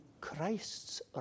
Christ's